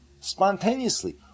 spontaneously